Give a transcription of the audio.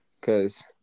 Cause